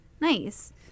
nice